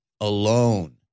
alone